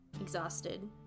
exhausted